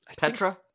Petra